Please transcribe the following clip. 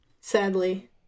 sadly